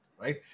right